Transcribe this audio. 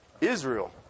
Israel